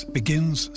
begins